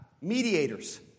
mediators